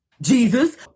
jesus